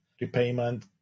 repayment